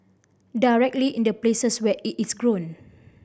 directly in the places where it its grown